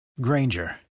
granger